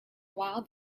while